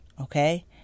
okay